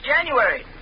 January